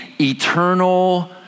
eternal